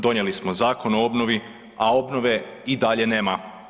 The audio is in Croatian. Donijeli smo Zakon o obnovi, a obnove i dalje nema.